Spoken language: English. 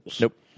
Nope